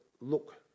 look